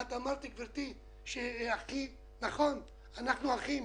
ואת אמרת, גברתי, הכי נכון: אנחנו אחים.